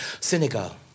Senegal